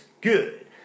good